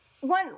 one